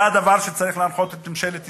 זה הדבר שצריך להנחות את ממשלת ישראל,